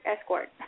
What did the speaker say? Escort